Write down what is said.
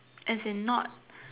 as in not